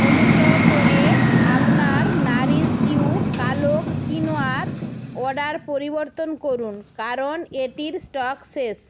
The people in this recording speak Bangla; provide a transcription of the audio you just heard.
অনুগ্রহ করে আপনার নাারিশইউ কালো কিনোয়ার অর্ডার পরিবর্তন করুন কারণ এটির স্টক শেষ